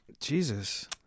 Jesus